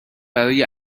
برای